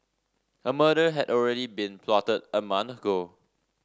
a murder had already been plotted a month ago